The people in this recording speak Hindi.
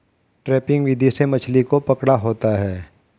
ट्रैपिंग विधि से मछली को पकड़ा होता है